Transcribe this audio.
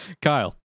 Kyle